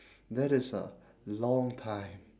that is a long time